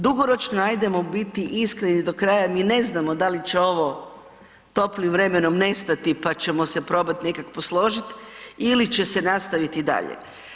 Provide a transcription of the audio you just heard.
Dugoročno ajdemo biti iskreni do kraja, mi ne znamo da li će ovo toplim vremenom nestati, pa ćemo se probat nekak posložit ili će se nastaviti i dalje.